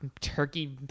turkey